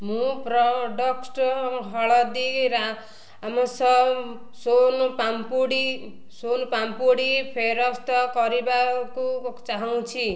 ମୁଁ ପ୍ରଡ଼କ୍ଟ୍ ହଳଦୀରାମ୍ସ୍ ସୋନ୍ ପାମ୍ପୁଡ଼ି ସୋନ୍ ପାମ୍ପୁଡ଼ିକୁ ଫେରସ୍ତ କରିବାକୁ ଚାହୁଁଛି